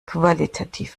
qualitativ